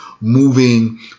moving